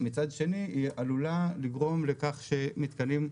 מצד שני היא עלולה לגרום לכך שמתקנים,